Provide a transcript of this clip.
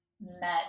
met